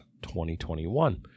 2021